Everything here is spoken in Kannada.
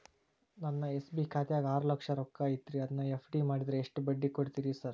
ನನ್ನ ಎಸ್.ಬಿ ಖಾತ್ಯಾಗ ಆರು ಲಕ್ಷ ರೊಕ್ಕ ಐತ್ರಿ ಅದನ್ನ ಎಫ್.ಡಿ ಮಾಡಿದ್ರ ಎಷ್ಟ ಬಡ್ಡಿ ಕೊಡ್ತೇರಿ ಸರ್?